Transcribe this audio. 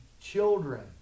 children